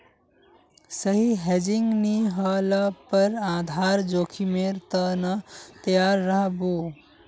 सही हेजिंग नी ह ल पर आधार जोखीमेर त न तैयार रह बो